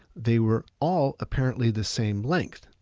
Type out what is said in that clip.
they were all apparently the same length.